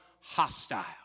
hostile